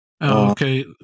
okay